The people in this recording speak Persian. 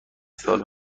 سال